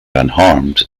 unharmed